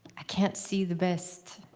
i can't see the best.